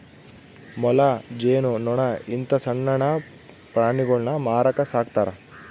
ಮೊಲ, ಜೇನು ನೊಣ ಇಂತ ಸಣ್ಣಣ್ಣ ಪ್ರಾಣಿಗುಳ್ನ ಮಾರಕ ಸಾಕ್ತರಾ